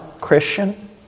Christian